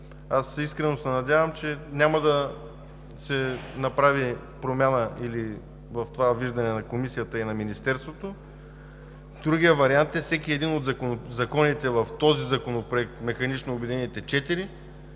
Аз искрено се надявам, че няма да се направи промяна в това виждане на Комисията и на Министерството. Другият вариант е всеки един от законите в този законопроект – механично обединените